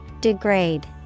Degrade